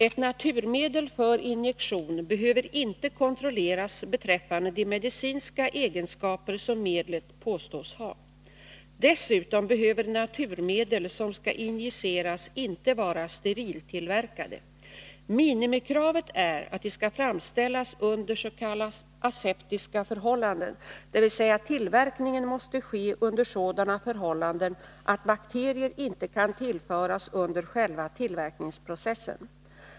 Ett naturmedel för injektion behöver inte kontrolleras beträffande de medicinska egenskaper som medlet påstås ha. Dessutom behöver naturmedel som skall injiceras inte vara steriltillverkade. Minimikravet är att de skall framställas under s.k. aseptiska förhållanden, dvs. tillverkningen måste ske under sådana förhållanden att bakterier inte kan tillföras under själva tillverkningsprocessen.